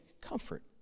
comfort